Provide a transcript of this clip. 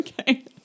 okay